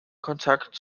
kontakt